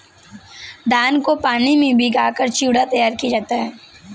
धान को पानी में भिगाकर चिवड़ा तैयार किया जाता है